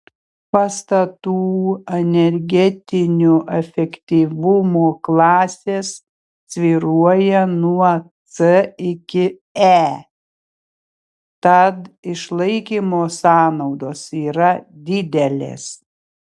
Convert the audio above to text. pastatų energetinio efektyvumo klasės svyruoja nuo c iki e tad išlaikymo sąnaudos yra didelės